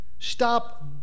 stop